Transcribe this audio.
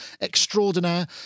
extraordinaire